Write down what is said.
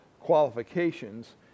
qualifications